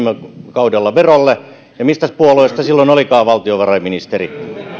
kaudella verolle ja mistäs puolueesta silloin olikaan valtiovarainministeri